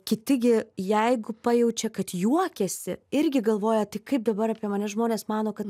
kiti gi jeigu pajaučia kad juokiasi irgi galvoja tai kaip dabar apie mane žmonės mano kad